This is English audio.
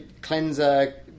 cleanser